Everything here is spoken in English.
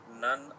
none